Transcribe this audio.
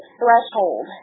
threshold